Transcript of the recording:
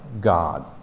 God